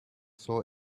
saw